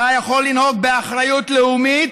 אתה יכול לנהוג באחריות לאומית.